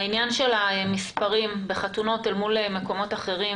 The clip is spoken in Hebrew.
עניין המספרים בחתונות אל מול מקומות אחרים